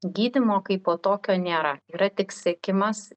gydymo kaipo tokio nėra yra tik sekimas